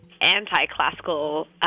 anti-classical